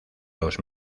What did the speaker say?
los